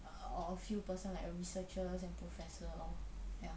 or a few persons like uh researchers and professor all ya